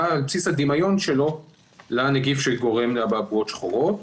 על בסיס הדמיון שלו לנגיף שגורם לאבעבועות שחורות.